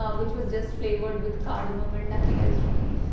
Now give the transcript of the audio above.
um which was just flavored with cardamom and nothing else really.